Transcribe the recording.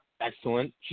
excellent